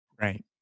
right